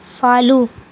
follow